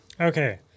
Okay